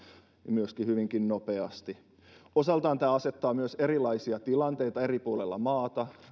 myöskin hyvinkin nopeasti osaltaan tämä asettaa myös erilaisia tilanteita eri puolilla maata